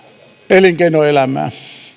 elinkeinoelämää